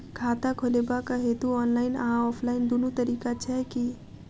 खाता खोलेबाक हेतु ऑनलाइन आ ऑफलाइन दुनू तरीका छै की?